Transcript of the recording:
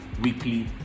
Weekly